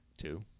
Two